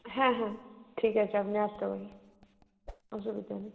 হ্যাঁ হ্যাঁ ঠিক আছে আপনি আসতে পারেন অসুবিধা নেই